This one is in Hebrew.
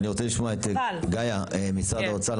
אני רוצה לשמוע את גאיה ממשרד האוצר.